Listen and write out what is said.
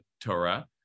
Torah